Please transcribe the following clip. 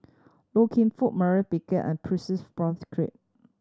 Loy Keng Foo Maurice Baker and Percy